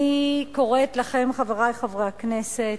אני קוראת לכם, חברי חברי הכנסת: